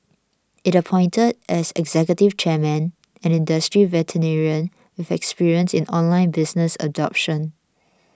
it appointed as executive chairman an industry veteran with experience in online business adoption